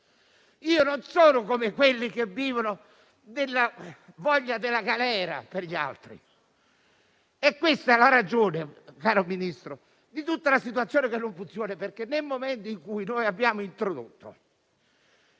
Io non sono di quelli che vivono della voglia di galera per gli altri. È questa la ragione, caro Ministro, di tutta questa situazione che non funziona. Infatti nel momento in cui abbiamo introdotto